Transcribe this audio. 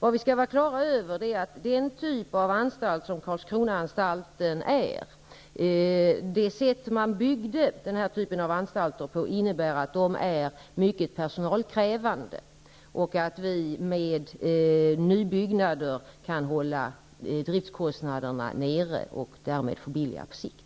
an skall ha klart för sig att Karlskronaanstalten -- och den typen av anstalter -- är byggda på ett sådant sätt att de är mycket personalkrävande. Med nybyggnader kan vi hålla driftskostnaderna nere och därmed göra det billigare på sikt.